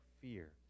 fear